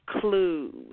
clues